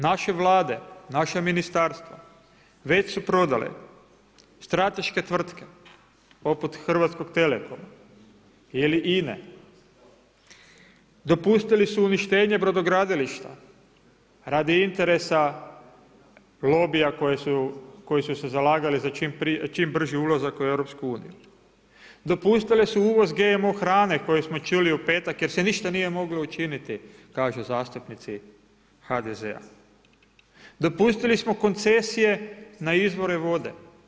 Naše vlade, naše ministarstvo već su prodale strateške tvrtke poput Hrvatskog telekoma ili INA-e, dopustili su uništenje brodogradilišta radi interesa lobija koji su se zalagali za čim brži ulazak u EU, dopustili su uvoz GMO hrane koje smo čuli u petak jer se ništa nije moglo učiniti, kažu zastupnici HDZ-a, dopustili smo koncesije na izvore vode.